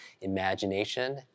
imagination